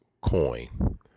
coin